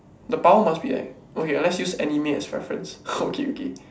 the power must be like okay let's use anime as reference okay okay